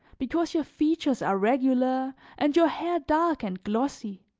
because your features are regular and your hair dark and glossy,